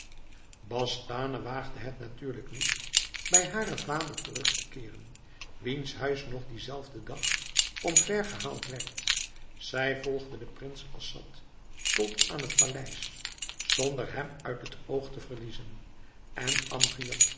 bastane waagde het natuurlijk niet bij haren vader terug te keeren wiens huis nog dien zelfden dag omver gehaald werd zij volgde den prins assad tot aan het paleis zonder hem uit het oog te verliezen en